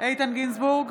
איתן גינזבורג,